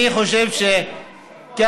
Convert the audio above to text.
אני חושב שכאן,